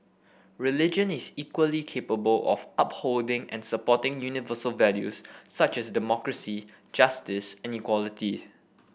religion is equally capable of upholding and supporting universal values such as democracy justice and equality